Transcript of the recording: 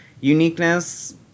Uniqueness